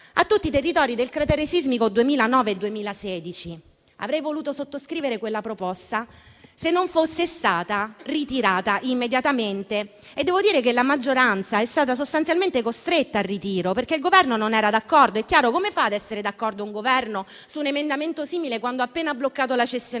a tutti i territori del cratere sismico 2009 e 2016. Avrei voluto sottoscrivere quella proposta, se non fosse stata ritirata immediatamente, e devo dire che la maggioranza è stata sostanzialmente costretta al ritiro, perché il Governo non era d'accordo. È chiaro: come fa il Governo ad essere d'accordo su un emendamento simile quando ha appena bloccato la cessione